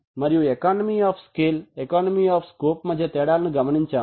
మనము economy of scale మరియు scope మధ్య తేడాలను గమనించాము